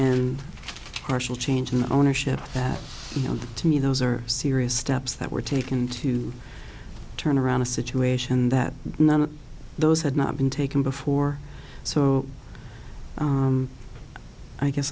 and partial change in ownership that you know to me those are serious steps that were taken to turn around a situation that none of those had not been taken before so i guess